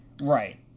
Right